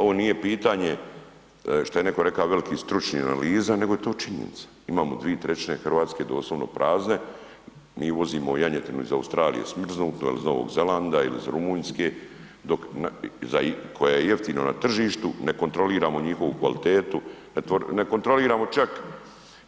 Ovo nije pitanje, što je neko rekao velikih stručnih analiza, nego je to činjenica, imamo 2/3 RH doslovno prazne, mi uvozimo janjetinu iz Australije smrznutu il iz Novog Zelanda, il iz Rumunjske koja je jeftina na tržištu, ne kontroliramo njihovu kvalitetu, ne kontroliramo čak